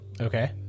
Okay